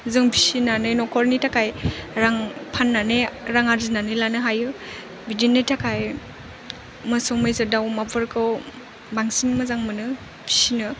जों फिसिनानै नखरनि थाखाय रां फाननानै रां आरजिनानै लानो हायो बिदिनो थाखाय मोसौ मैसो दाव अमाफोरखौ बांसिन मोजां मोनो फिसिनो